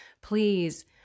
Please